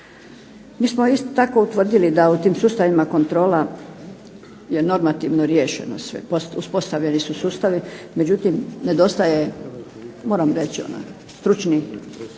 Mi smo isto tako utvrdili da u tim sustavima kontrola je normativno riješeno sve, uspostavljeni su sustavi, međutim nedostaje moram reći stručnih